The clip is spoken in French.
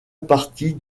partie